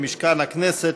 למשכן הכנסת,